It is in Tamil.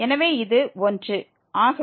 எனவே இது 1 ஆகவே 2−2 இது 0